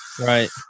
Right